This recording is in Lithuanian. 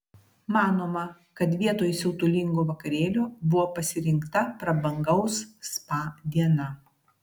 manoma kad vietoj siautulingo vakarėlio buvo pasirinkta prabangaus spa diena